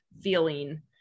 feeling